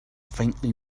faintly